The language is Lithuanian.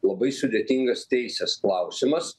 labai sudėtingas teisės klausimas